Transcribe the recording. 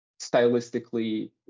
stylistically